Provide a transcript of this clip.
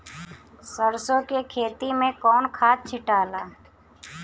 सरसो के खेती मे कौन खाद छिटाला?